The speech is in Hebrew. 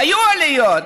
היו עליות.